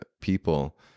people